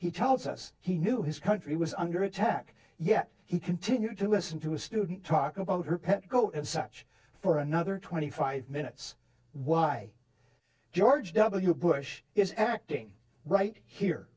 he tells us he knew his country was under attack yet he continued to listen to a student talk about her pet goat and such for another twenty five minutes why george w bush is acting right here